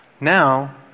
now